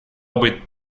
быть